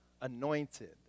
anointed